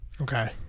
Okay